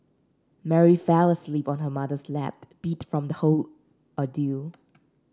Mary fell asleep on her mother's lap beat from the whole ordeal